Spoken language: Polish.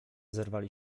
zerwali